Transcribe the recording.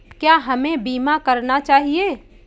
क्या हमें बीमा करना चाहिए?